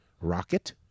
Rocket